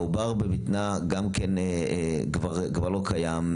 העובר בבטנה גם כבר לא קיים,